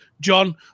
John